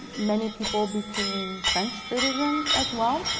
many people became french citizen as well.